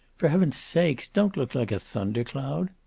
for heaven's sake, don't look like a thunder cloud.